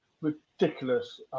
ridiculous